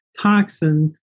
toxin